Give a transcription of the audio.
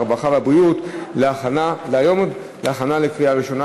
הרווחה והבריאות להכנה לקריאה ראשונה,